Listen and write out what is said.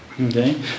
Okay